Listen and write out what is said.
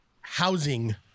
housing